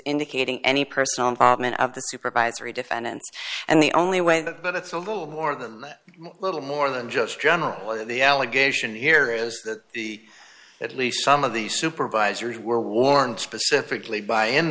indicating any personal involvement of the supervisory defendants and the only way that that it's a little more than a little more than just general the allegation here is that the at least some of these supervisors were warned specifically by in